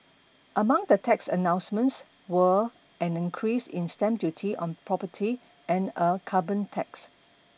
among the tax announcements were an increase in stamp duty on property and a carbon tax